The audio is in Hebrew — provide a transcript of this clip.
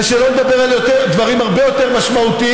ושלא לדבר על דברים הרבה יותר משמעותיים: